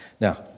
Now